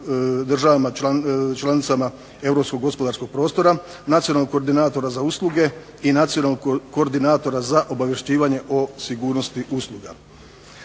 državama članicama europskog gospodarskog prostora, nacionalnog koordinatora za usluge i nacionalnog koordinatora za obavještavanje o sigurnosti usluga.